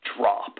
drop